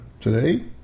Today